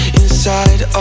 inside